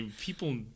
People